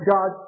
God